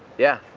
yeah,